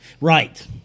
Right